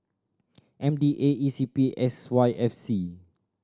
M D A E C P S Y F C